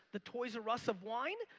the toys r us of wine,